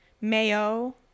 mayo